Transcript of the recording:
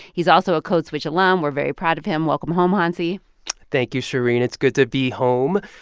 he's also a code switch alum. we're very proud of him. welcome home, hansi thank you, shereen. it's good to be home.